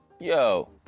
yo